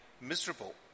miserable